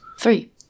Three